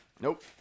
nope